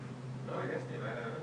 ובוודאי לא לאוכלוסייה של נשים,